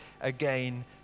again